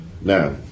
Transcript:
Now